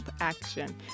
action